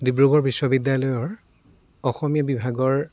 ডিব্ৰুগড় বিশ্ববিদ্যালয়ৰ অসমীয়া বিভাগৰ